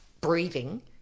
breathing